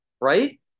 right